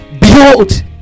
Behold